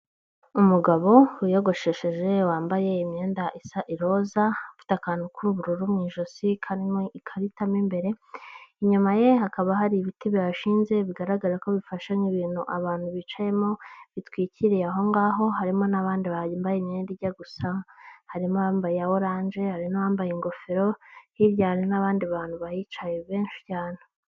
Umugabo wiyogoshesheje wambaye imyenda isa iroza afite akantu k'ubururu mu ijosi karimo ikarita mu imbere, inyuma ye hakaba hari ibiti biyashinze bigaragara ko bifashe nk'ibintu abantu bicayemo bitwikiriye aho ngaho harimo n'abandi bambaye imyenda ijya gusa, harimo abambaye iya oranje, hari n'uwambaye ingofero, hirya hari n'abandi bantu bahicaye benshi cyane.